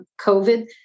COVID